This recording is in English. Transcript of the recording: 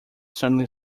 suddenly